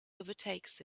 overtakes